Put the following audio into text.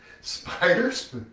spiders